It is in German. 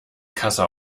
kasse